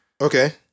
Okay